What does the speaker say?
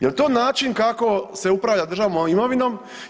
Jel to način kako se upravlja državnom imovinom?